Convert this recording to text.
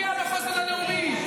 פוגע בחוסן הלאומי,